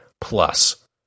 plus